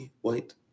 white